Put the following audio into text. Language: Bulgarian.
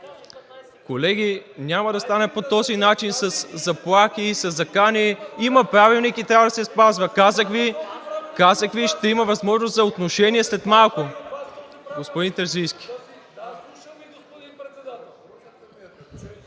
Колеги, няма да стане по този начин със заплахи и със закани. Има Правилник и трябва да се спазва. Казах Ви, ще има възможност за отношение след малко. ХРИСТО ТЕРЗИЙСКИ